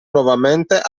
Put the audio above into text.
nuovamente